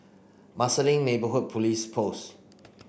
Marsiling Neighbourhood Police Post